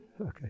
okay